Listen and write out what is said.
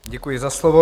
Děkuji za slovo.